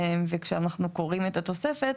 וכשאנחנו קוראים את התוספת,